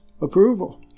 approval